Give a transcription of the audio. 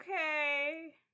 okay